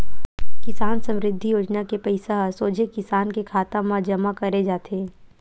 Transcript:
किसान समरिद्धि योजना के पइसा ह सोझे किसान के खाता म जमा करे जाथे